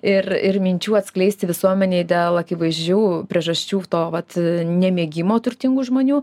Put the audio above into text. ir ir minčių atskleisti visuomenei dėl akivaizdžių priežasčių to vat nemėgimo turtingų žmonių